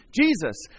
Jesus